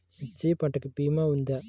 మిర్చి పంటకి భీమా ఉందా?